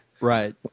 right